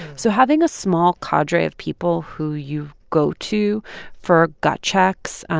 so having a small cadre of people who you go to for gut checks,